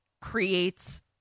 creates